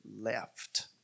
left